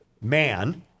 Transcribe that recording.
Man